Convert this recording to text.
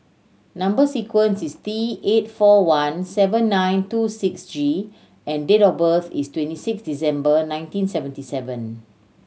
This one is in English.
number sequence is T eight four one seven nine two six G and date of birth is twenty six December nineteen seventy seven